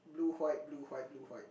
blue white blue white blue white